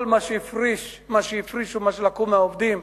כל מה שהפריש, מה שהפרישו, מה שלקחו מהעובדים,